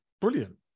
brilliant